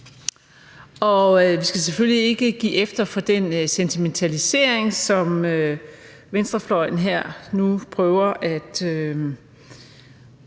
Og vi skal selvfølgelig ikke give efter for den sentimentalisering, som venstrefløjen nu her prøver at